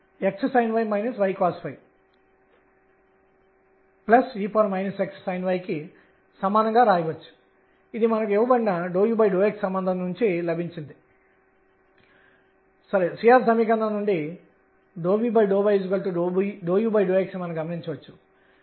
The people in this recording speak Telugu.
కాబట్టి నాకు pr22mL22mr2 kr గా ఇవ్వబడిన శక్తి ఉంది కాబట్టి pr అనేది √2mE L2r22mkr గా ఇవ్వబడింది